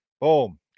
boom